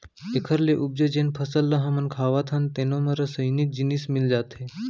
एखर ले उपजे जेन फसल ल हमन खावत हन तेनो म रसइनिक जिनिस मिल जाथे